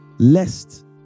Lest